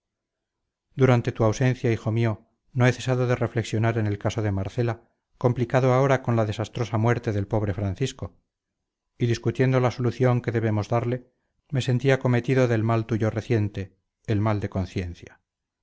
durante tu ausencia hijo mío no he cesado de reflexionar en el caso de marcela complicado ahora con la desastrosa muerte del pobre francisco y discutiendo la solución que debemos darle me sentí acometido del mal tuyo reciente el mal de conciencia